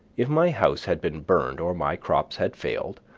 if my house had been burned or my crops had failed,